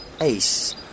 Ace